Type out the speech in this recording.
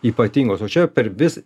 ypatingos o čia per vis